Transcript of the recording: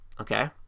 Okay